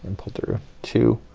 and put through two,